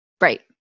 Right